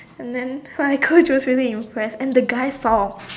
and then my coach was really impressed and the guy saw